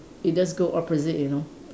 it does go opposite you know